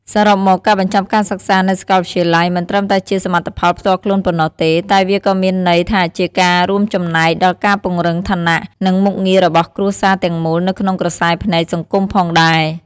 សរុបមក ការបញ្ចប់ការសិក្សានៅសាកលវិទ្យាល័យមិនត្រឹមតែជាសមិទ្ធផលផ្ទាល់ខ្លួនប៉ុណ្ណោះទេ តែវាក៏មានន័យថាជាការរួមចំណែកដល់ការពង្រឹងឋានៈ និងមុខងាររបស់គ្រួសារទាំងមូលនៅក្នុងក្រសែភ្នែកសង្គមផងដែរ។